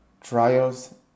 trials